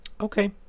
Okay